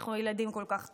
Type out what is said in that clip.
שאנחנו ילדים כל כך טובים.